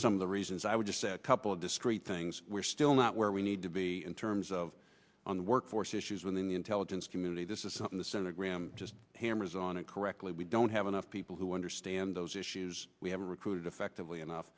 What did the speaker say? some of the reasons i would just say a couple of discreet things we're still not where we need to be in terms of the workforce issues within the intelligence community this is something that senator graham just hammers on it correctly we don't have enough people who understand those issues we have recruited effectively enough